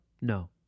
No